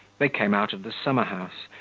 they came out of the summer-house,